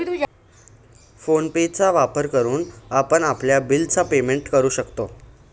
phone पे चा वापर करून आपण आपल्या बिल च पेमेंट करू शकतो